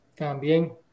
También